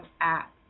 app